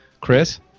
Chris